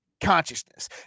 Consciousness